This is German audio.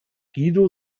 guido